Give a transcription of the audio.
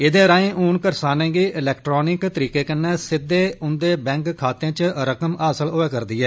एहदे राएं हून करसानें गी इलैक्ट्रानिक तरीके कन्नै सिद्दे उंदे बैंक खाते च रकम हासल होआ'रदी ऐ